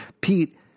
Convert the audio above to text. Pete